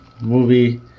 movie